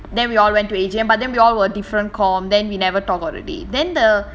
then we all went to A_G_M but then you all were different comm~ then we never talk already then the